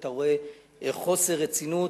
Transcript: אתה רואה חוסר רצינות,